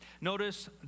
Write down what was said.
notice